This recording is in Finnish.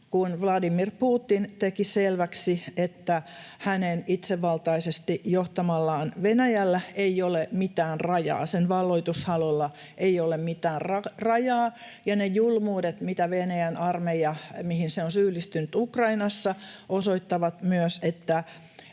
kun Vladimir Putin teki selväksi, että hänen itsevaltaisesti johtamallaan Venäjällä ei ole mitään rajaa, sen valloitushalulla ei ole mitään rajaa. Ja ne julmuudet, mihin Venäjän armeija on syyllistynyt Ukrainassa, osoittavat myös, että